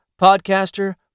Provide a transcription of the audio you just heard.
podcaster